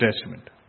Testament